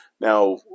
Now